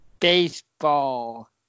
baseball